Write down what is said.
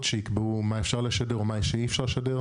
שיקבעו מה אפשר לשדר או מה אי אפשר לשדר.